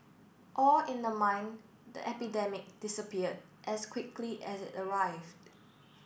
all in the mind the epidemic disappeared as quickly as it arrived